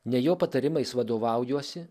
ne jo patarimais vadovaujuosi